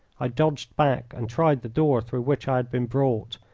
i dodged back and tried the door through which i had been brought,